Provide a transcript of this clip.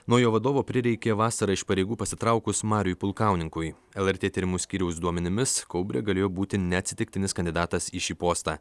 naujo vadovo prireikė vasarą iš pareigų pasitraukus mariui pulkauninkui lrt tyrimų skyriaus duomenimis kaubrė galėjo būti neatsitiktinis kandidatas į šį postą